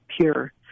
pure